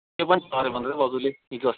त्यो पनि छ अरे भन्दै थियो भाउजूले हिजोअस्ति